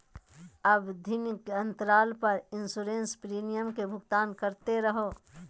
आवधिक अंतराल पर इंसोरेंस प्रीमियम के भुगतान करते रहो